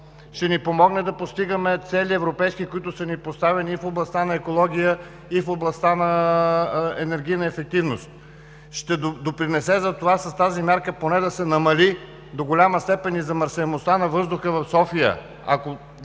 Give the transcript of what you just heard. Ще ни помогне да постигаме европейски цели, които са ни поставени и в областта на екологията, и в областта на енергийната ефективност. Ще допринесе за това с тази мярка поне да се намали до голяма степен и замърсяемостта на въздуха в София – ако